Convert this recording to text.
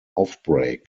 offbreak